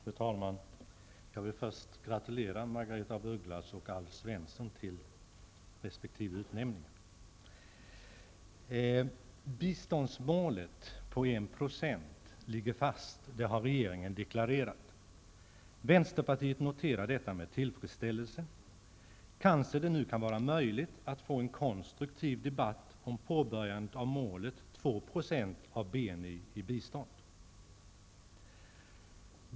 Fru talman! Jag vill först gratulera Margaretha af Biståndsmålet på en procent ligger fast har regeringen deklarerat. Vänsterpartiet noterar detta med tillfredsställelse. Det kanske nu kan vara möjligt att få en konstruktiv debatt om påbörjandet av målet två procent av BNI i bistånd.